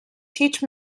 teach